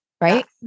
right